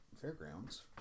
fairgrounds